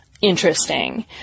interesting